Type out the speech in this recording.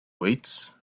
weights